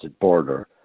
border